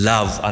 Love